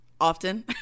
often